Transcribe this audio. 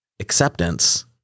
acceptance